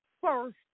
first